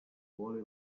vuole